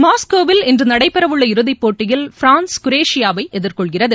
மாஸ்கோவில் இன்றுநடைபெறஉள்ள இறுதிப்போட்டியில் பிரான்ஸ் குரேஷியாவைஎதிர்கொள்கிறது